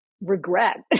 regret